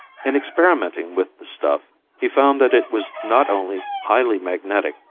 in experimenting with the stuff he found that it was not only highly magnetic,